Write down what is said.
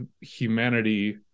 humanity